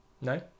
No